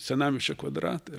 senamiesčio kvadratai